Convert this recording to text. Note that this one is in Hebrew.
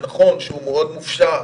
שנכון שהוא מאוד מופשט